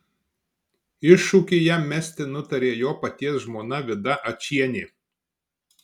iššūkį jam mesti nutarė jo paties žmona vida ačienė